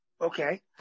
okay